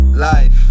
life